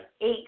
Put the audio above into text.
Eight